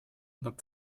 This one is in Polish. nad